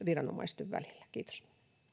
viranomaisten välillä edelleen kehitetään kiitos